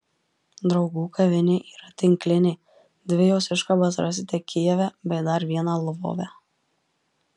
draugų kavinė yra tinklinė dvi jos iškabas rasite kijeve bei dar vieną lvove